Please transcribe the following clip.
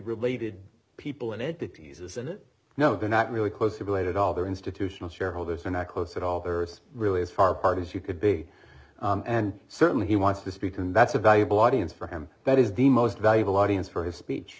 related people and it to pieces and it no they're not really closely related all their institutional shareholders are not close at all there's really as far apart as you could be and certainly he wants to speak and that's a valuable audience for him that is the most valuable audience for his speech